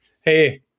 hey